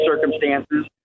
circumstances